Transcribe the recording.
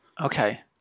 Okay